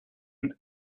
and